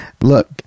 Look